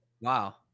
Wow